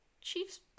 Chiefs